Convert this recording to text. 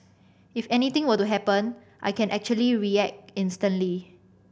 if anything were to happen I can actually react instantly